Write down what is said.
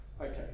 Okay